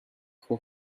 who